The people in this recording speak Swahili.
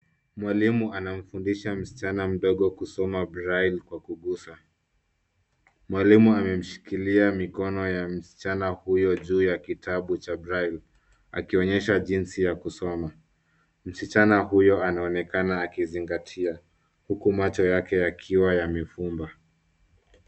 Mwalimu anamfundisha msichana mdogo kusoma braille kwa kugusa. Mwalimu amemshikilia mikono ya msichana huyu juu ya kitabu cha braille akionyesha jinsi ya kusoma. Msichana huyu anaonekana akizingatia, huku macho yake yakiwa yamefumba.